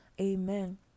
Amen